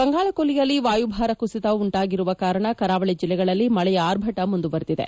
ಬಂಗಾಳ ಕೊಲ್ಲಿಯಲ್ಲಿ ವಾಯುಭಾರ ಕುಸಿತ ಉಂಟಾಗಿರುವ ಕಾರಣ ಕರಾವಳಿ ಜಿಲ್ಲೆಗಳಲ್ಲಿ ಮಳೆ ಆರ್ಭಟ ಮುಂದುವರೆದಿದೆ